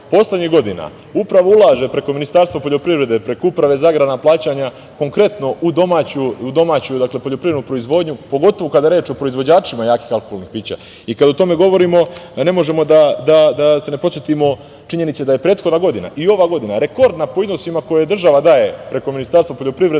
poslednjih godina upravo ulaže preko Ministarstva poljoprivrede, preko Uprave za agrarna plaćanja konkretno u domaću poljoprivrednu proizvodnju, pogotovo kada je reč o proizvođačima alkoholnih pića. Kada o tome govorimo, ne možemo da se ne podsetimo činjenice da je prehodna godina i ova godina rekordna po iznosima koje država daje preko Ministarstva poljoprivrede,